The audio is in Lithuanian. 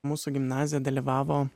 mūsų gimnazija dalyvavo